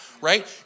right